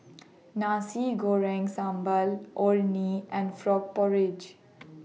Nasi Goreng Sambal Orh Nee and Frog Porridge